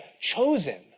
chosen